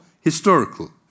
historical